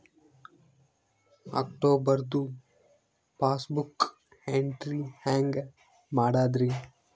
ಅಕ್ಟೋಬರ್ದು passbook entry ಹೆಂಗ್ ಮಾಡದ್ರಿ?